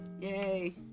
Yay